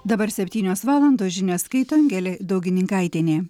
dabar septynios valandos žinias skaito angelė daugininkaitienė